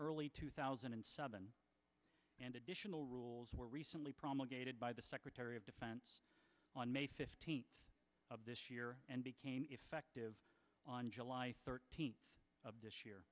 early two thousand and seven and additional rules were recently promulgated by the secretary of defense on may fifteenth of this year and became effective on july thirteenth of this year